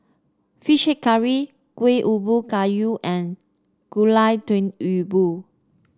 fish head curry Kueh Ubi Kayu and Gulai Daun Ubi